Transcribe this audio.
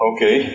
Okay